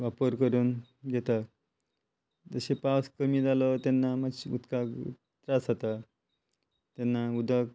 वापर करून घेता तशे पावस कमी जालो तेन्ना मात्शे उदकाक त्रास जाता तेन्ना उदक